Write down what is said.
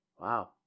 Wow